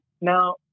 Now